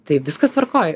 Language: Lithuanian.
tai viskas tvarkoj